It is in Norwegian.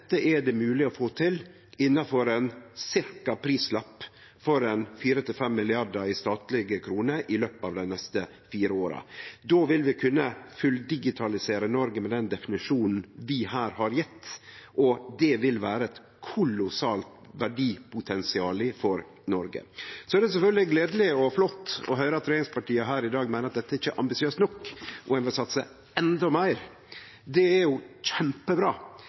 er det mogleg å få til innanfor ein cirka prislapp på 4–5 milliardar i statlege kroner i løpet av dei neste fire åra. Då vil vi kunne fulldigitalisere Noreg med den definisjonen vi her har gjeve, og det vil ha eit kolossalt verdipotensial for Norge. Så er det sjølvsagt gledeleg og flott å høyre at regjeringspartia her i dag meiner at dette ikkje er ambisiøst nok, og at ein vil satse endå meir. Det er jo kjempebra.